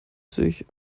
sich